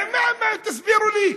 תסבירו לי,